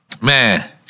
man